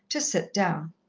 to sit down.